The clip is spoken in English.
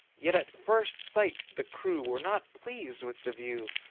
yet at first sight the crew were not pleased with the view,